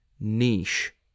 niche